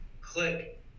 click